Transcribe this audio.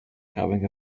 having